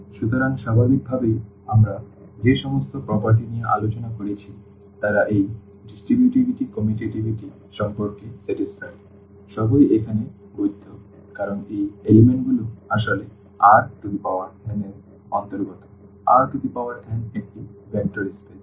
সুতরাং স্বাভাবিকভাবেই আমরা যে সমস্ত বৈশিষ্ট্য নিয়ে আলোচনা করেছি তারা এই distributivity commutativity সম্পর্কে সন্তুষ্ট সবই এখানে বৈধ কারণ এই উপাদানগুলি আসলে Rn এর অন্তর্গত Rn একটি ভেক্টর স্পেস